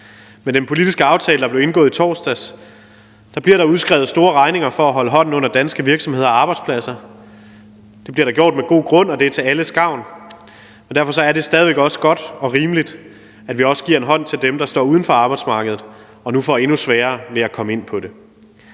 Med den politiske aftale, der blev indgået i torsdags, bliver der udskrevet store regninger for at holde hånden under danske virksomheder og arbejdspladser. Det bliver der gjort med god grund, og det er til alles gavn. Og derfor er det stadig væk også godt og rimeligt, at vi også giver en hånd til dem, der står uden for arbejdsmarkedet og nu får endnu sværere ved at komme ind på det.